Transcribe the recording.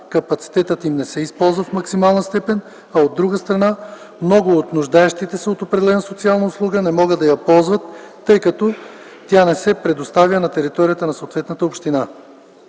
капацитетът им не се използва в максимална степен, а от друга страна, много от нуждаещите се от определена социална услуга не могат да я ползват, тъй като тя не се предоставя на територията на съответната община.